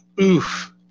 oof